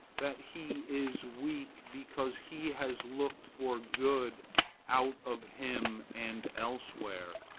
that he is weak because he has looked for good out of him and elsewhere,